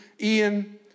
Ian